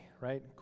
right